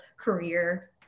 career